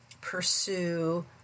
pursue